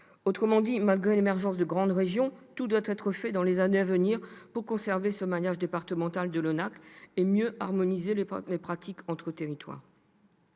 Autrement dit, malgré l'émergence de grandes régions, tout doit être fait, dans les années à venir, pour conserver le maillage départemental de l'ONAC-VG et mieux harmoniser les pratiques entre territoires.